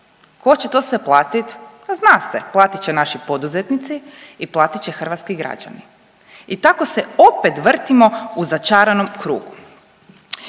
Tko će sve to platiti? Pa zna se, platit će naši poduzetnici i platit će hrvatski građani. I tako se opet vrtimo u začaranom krugu.